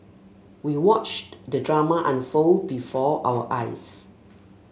we watched the drama unfold before our eyes